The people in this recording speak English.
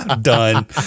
done